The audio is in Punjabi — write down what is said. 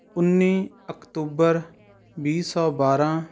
ਉੱਨੀ ਅਕਤੂਬਰ ਵੀਹ ਸੌ ਬਾਰ੍ਹਾਂ